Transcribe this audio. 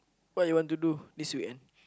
what you want to do this weekend